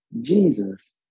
Jesus